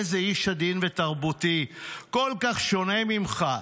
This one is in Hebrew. איזה איש עדין ותרבותי, כל כך שונה ממך.